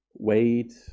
Wait